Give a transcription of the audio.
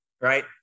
Right